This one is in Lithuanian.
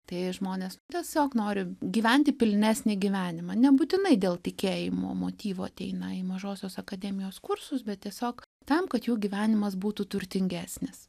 tai žmonės tiesiog nori gyventi pilnesnį gyvenimą nebūtinai dėl tikėjimų motyvo ateina į mažosios akademijos kursus bet tiesiog tam kad jų gyvenimas būtų turtingesnis